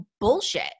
bullshit